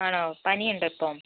ആണോ പനിയുണ്ടോ ഇപ്പം